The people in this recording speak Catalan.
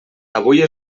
avui